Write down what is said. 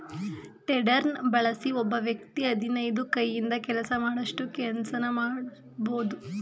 ಟೆಡರ್ನ ಬಳಸಿ ಒಬ್ಬ ವ್ಯಕ್ತಿ ಹದಿನೈದು ಕೈಯಿಂದ ಕೆಲಸ ಮಾಡೋಷ್ಟು ಕೆಲ್ಸನ ಮಾಡ್ಬೋದು